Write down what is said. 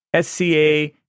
SCA